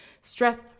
stress